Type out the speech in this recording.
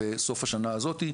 בסוף השנה הזאת.